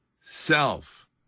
self